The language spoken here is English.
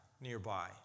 nearby